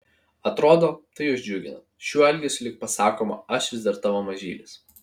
atrodo tai juos džiugina šiuo elgesiu lyg pasakoma aš vis dar tavo mažylis